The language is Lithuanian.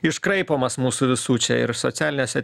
iškraipomas mūsų visų čia ir socialiniuose